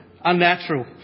unnatural